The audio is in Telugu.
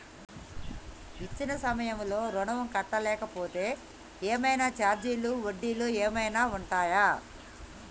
ఇచ్చిన సమయంలో ఋణం కట్టలేకపోతే ఏమైనా ఛార్జీలు వడ్డీలు ఏమైనా ఉంటయా?